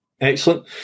Excellent